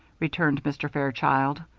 returned mr. fairchild.